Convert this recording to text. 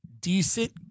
decent